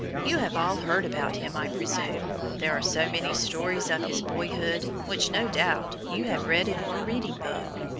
you have all heard about him i presume there are so many stories of his boyhood, which no doubt, you have read in your reading book.